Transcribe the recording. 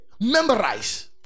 memorize